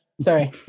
Sorry